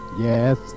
Yes